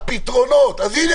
הנה,